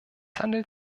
handelt